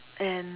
and